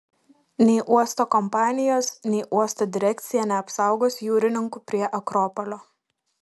nei uosto kompanijos nei uosto direkcija neapsaugos jūrininkų prie akropolio